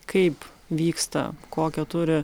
kaip vyksta kokio turi